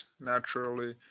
naturally